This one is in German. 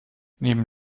neben